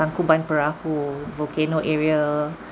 tangkuban perahu volcano area